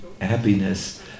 happiness